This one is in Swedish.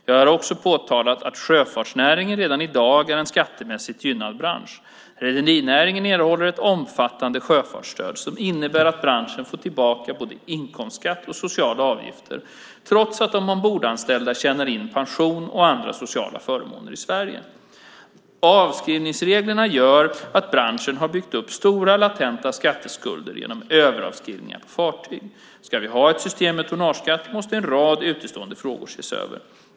Jag har också påtalat att sjöfartsnäringen redan i dag är en skattemässigt gynnad bransch. Rederinäringen erhåller ett omfattande sjöfartsstöd, som innebär att branschen får tillbaka både inkomstskatt och sociala avgifter trots att de ombordanställda tjänar in pension och andra sociala förmåner i Sverige. Avskrivningsreglerna gör att branschen har byggt upp stora latenta skatteskulder genom överavskrivningar på fartyg. Ska vi ha ett system med tonnageskatt måste en rad utestående frågor ses över.